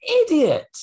idiot